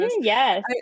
Yes